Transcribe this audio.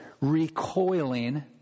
recoiling